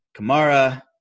Kamara